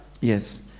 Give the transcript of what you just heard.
yes